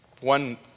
One